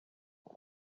dore